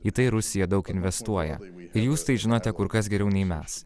į tai rusija daug investuoja ir jūs tai žinote kur kas geriau nei mes